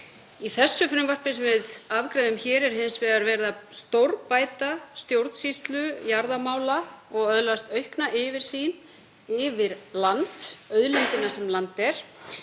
Í þessu frumvarpi sem við afgreiðum hér er hins vegar verið að stórbæta stjórnsýslu jarðamála og öðlast aukna yfirsýn yfir land, auðlindina sem land er.